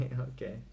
Okay